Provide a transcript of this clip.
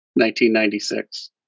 1996